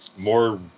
more